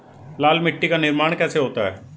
लाल मिट्टी का निर्माण कैसे होता है?